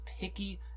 picky